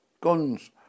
guns